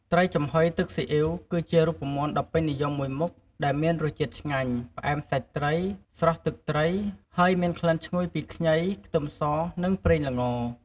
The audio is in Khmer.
ត្រីចំហុយទឹកស៊ីអ៊ីវ គឺជារូបមន្តដ៏ពេញនិយមមួយមុខដែលមានរសជាតិឆ្ងាញ់ ផ្អែមសាច់ត្រី ស្រស់ទឹកត្រី ហើយមានក្លិនឈ្ងុយពីខ្ញី ខ្ទឹមស និងប្រេងល្ង។